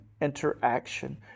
interaction